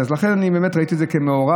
אז לכן אני באמת ראיתי את זה כמאורע,